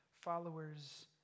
followers